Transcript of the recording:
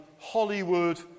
Hollywood